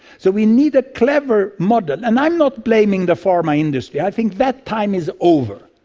so we need a clever model, and i'm not blaming the pharma industry, i think that time is over.